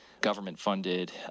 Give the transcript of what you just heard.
government-funded